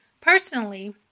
Personally